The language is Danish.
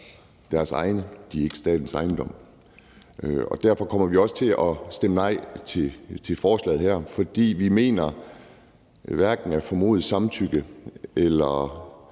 deres egne. De er ikke statens ejendom, og derfor kommer vi også til at stemme nej til forslaget her. For vi mener hverken, at et formodet samtykke eller